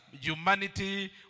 humanity